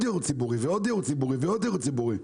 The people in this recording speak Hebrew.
דיור ציבורי ועוד דיור ציבורי ועוד דיור ציבורי.